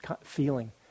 feeling